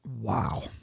Wow